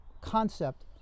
concept